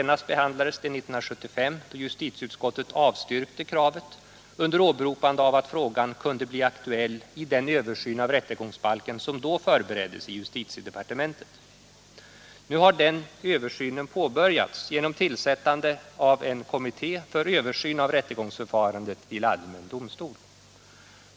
Nu har den översynen påbörjats genom tillsättandet av en kommitté för översyn av rättegångsförfarandet vid allmän domstol.